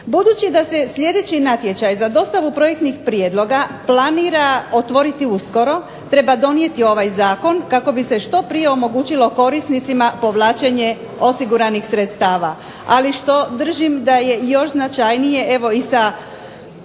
Budući da se sljedeći natječaj za dostavu projektnih prijedloga planira otvoriti uskoro treba donijeti ovaj Zakon kako bi se što prije omogućilo korisnicima povlačenje osiguranih sredstava. Ali što držim da je još značajnije sa